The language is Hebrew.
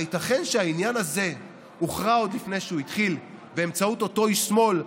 הייתכן שהעניין הזה הוכרע עוד לפני שהוא התחיל באמצעות אותו איש שמאל,